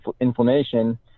inflammation